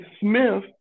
Smith